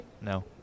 No